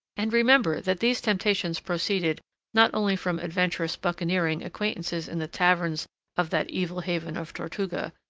and remember that these temptations proceeded not only from adventurous buccaneering acquaintances in the taverns of that evil haven of tortuga,